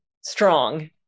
strong